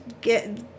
get